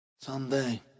Someday